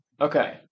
Okay